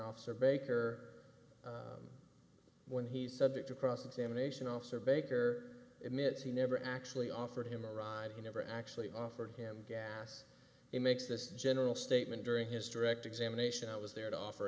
officer baker when he's subject to cross examination officer baker admits he never actually offered him a ride he never actually offered him gas it makes this general statement during his direct examination i was there to offer